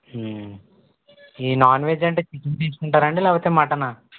ఈ non veg అంటే chicken తీసుకుంటారండి లేకపోతే మటనా